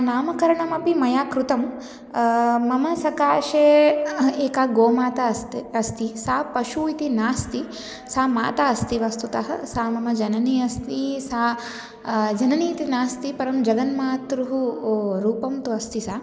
नामकरणमपि मया कृतं मम सकाशे एका गोमाता अस्ति अस्ति सा पशुः इति नास्ति सा माता अस्ति वस्तुतः सा मम जननी अस्ति सा जननी इति नास्ति परं जगन्मातुः रूपं तु अस्ति सा